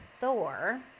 Thor